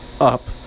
up